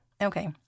Okay